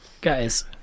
guys